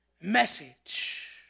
message